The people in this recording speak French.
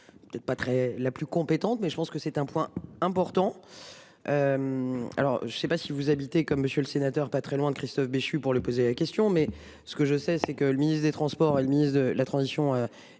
à tout. Pas très la plus compétente mais je pense que c'est un point important. Alors je ne sais pas si vous habitez comme Monsieur le Sénateur, pas très loin de Christophe Béchu pour le poser la question, mais ce que je sais c'est que le ministre des Transports et ministre de la transition